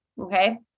okay